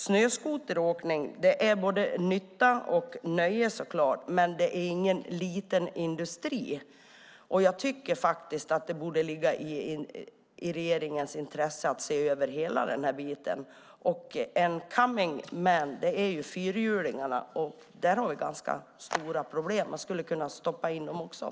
Snöskoteråkning handlar så klart om både nytta och nöje, men det är ingen liten industri. Jag tycker faktiskt att det borde ligga i regeringens intresse att se över hela denna del. Något som kommer är fyrhjulingarna, och där har vi ganska stora problem. Dessa problem skulle också kunna stoppas in i en utredning.